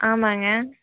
ஆமாம்ங்க